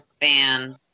fan